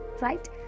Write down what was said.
right